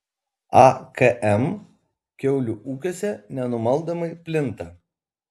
akm kiaulių ūkiuose nenumaldomai plinta